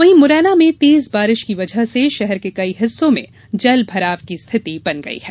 वहीं मुरैना में तेज बारिश की वजह से शहर के कई हिस्सों जल भराव की स्थिति बन गई है